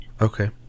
okay